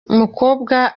umukobwa